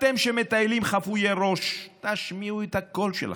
אתם, שמטיילים חפויי ראש, תשמיעו את הקול שלכם.